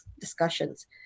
discussions